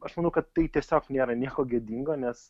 aš manau kad tai tiesiog nėra nieko gėdingo nes